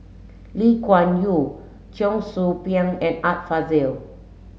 Lee Kuan Yew Cheong Soo Pieng and Art Fazil